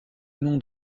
nom